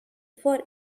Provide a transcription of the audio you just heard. for